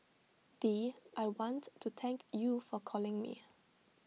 dee I want to thank you for calling me